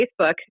Facebook